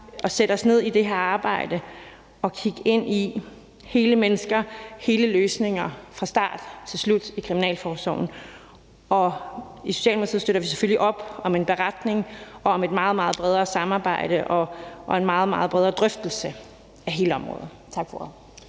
at sætte os ned i det her arbejde og kigge på hele mennesker og hele løsninger fra start til slut i kriminalforsorgen. I Socialdemokratiet støtter vi selvfølgelig op om en beretning om et meget, meget bredere samarbejde og en meget, meget bredere drøftelse af hele området. Tak for